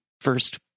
first